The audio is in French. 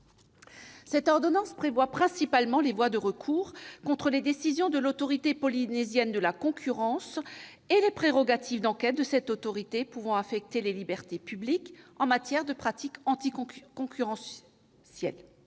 Cette ordonnance prévoit principalement les voies de recours contre les décisions de l'Autorité polynésienne de la concurrence et les prérogatives d'enquête de cette autorité pouvant affecter les libertés publiques, en matière de pratiques anticoncurrentielles.